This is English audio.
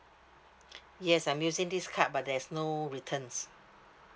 yes I'm using this card but there's no returns